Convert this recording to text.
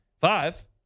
five